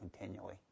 continually